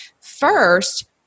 first